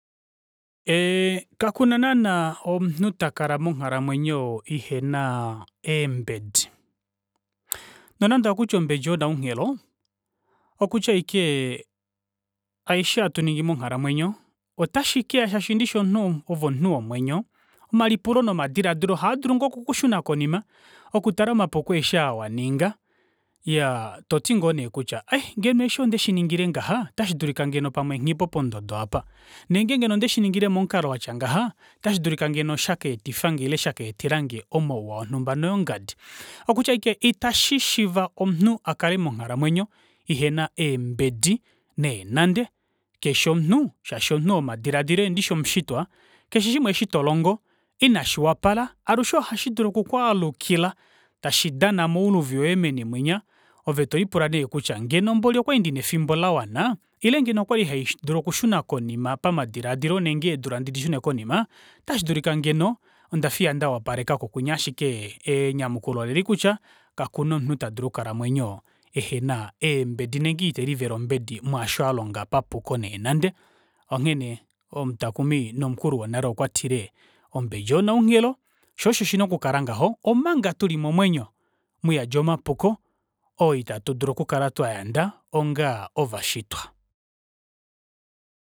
Kakuna naana omunhu takala monghalamwenyo ihenaa eembedi. Nonande hakuti kuya ombedi onaukelo, okutya ashike aishe hatu ningi monghalamwenyo ota shikeya shaashi ndishi ove omunhu womwenyo, omalipulo nomadilaadilo ohaadulu ngoo okukushuna konima okutala omapuko aeshe oo waninga iyaa toti ngoo neekutya ai ngeno osho onde shingile ngaha ota shidulika ngeno pamwe nghipo pondodo aapa, nenge ngeno onde shiningile momukalo watya ngaha ota shidulika ngeno shaka etifange ile shaka etelange omauwa onumba no ongadi okutya ashike ita shishiiva omunhu akale monghalamwenyo ihena eembedi neenande, keshe omunhu shaashi omunhu womadilaadilo yeendishi omushitwa keshe shimwe eshi tolongo ina shiwapala alushe ohashi dulu oku kwaalukila tashidana mouluvi woye meni munya ove tolipula nee kutya ngeno mboli okwali ndina efimbo lawana ile ngeno okwali okushuna konima pamadilaadilo nenge eedula ndidishune konima otashidulika ngeno onda fiya ndawapalekako kwinya ashike eenyamukulo oleli kutya kakuna omunhu tadulu oku kalamwenyo ehena eembedi nenge itelivele ombedi mwaasho alonga papuko neenande onghene omutakumi nomukulu wonale okwatile ombedi onaunghelo shoo osho shina okukala ngaho omanga tuli momwenyo muyadi omapuko oo ita tudulu okukala twayanda onga ovashitwa.